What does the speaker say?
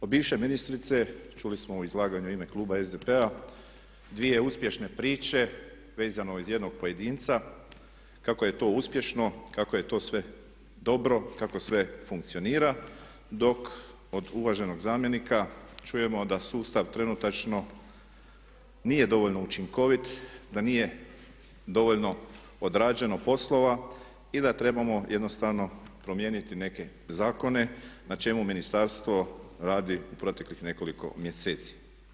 Od bivše ministrice čuli smo u izlaganju u ime kluba SDP-a dvije uspješne priče vezano uz jednog pojedinca, kako je to uspješno, kako je to sve dobro, kako sve funkcionira dok od uvaženog zamjenika čujemo da sustav trenutačno nije dovoljno učinkovit, da nije dovoljno odrađeno poslova i da trebamo jednostavno promijeniti neke zakone na čemu ministarstvo radi u proteklih nekoliko mjeseci.